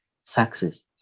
success